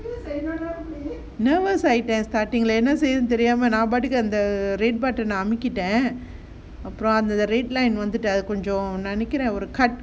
nervous I ஆய்ட்டேன்:aayiten starting leh என்ன செய்யறதுன்னு தெரியாம நான் பாட்டுக்கு அந்த]:enna seyarathunnu theriyaama naan paatukku antha red button அமுக்கிட்டேன் அப்புறம் அந்த:amukitten apram antha the red line வந்துட்டு அது கொஞ்சம் நான் நினைக்குறேன்:vanthutu athu konjam naan ninaikuren cut